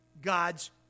God's